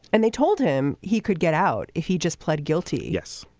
and they told him he could get out. he just pled guilty. yes.